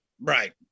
right